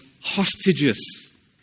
hostages